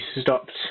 stopped